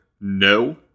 No